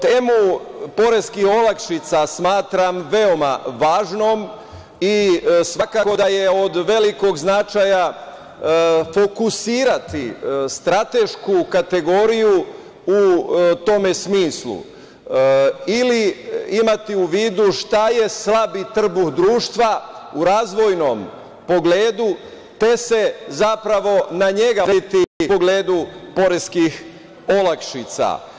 Temu poreskih olakšica smatram veoma važnom i svakako da je od velikog značaja fokusirati stratešku kategoriju u tom smislu ili imati u vidu šta je slabi trbuh društva u razvojnom pogledu, te se zapravo na njega usredsrediti u pogledu poreskih olakšica.